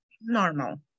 normal